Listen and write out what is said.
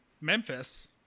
Memphis